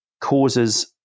causes